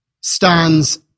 stands